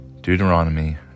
Deuteronomy